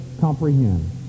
comprehend